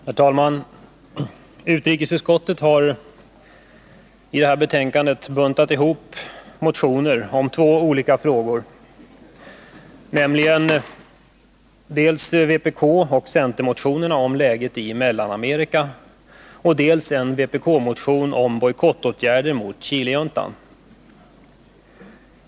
Herr talman! Utrikesutskottet har i detta betänkande buntat ihop motioner om två olika frågor, nämligen dels vpkoch centermotionerna om läget i Mellanamerika, dels en vpk-motion om bojkottåtgärder mot Chilejuntan.